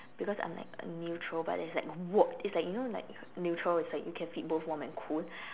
because I am like a neutral but it's like warm it's like you know like neutral is like you can fit both warm and cool